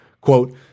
Quote